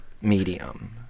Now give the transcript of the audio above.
medium